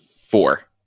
four